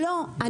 לא,